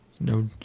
no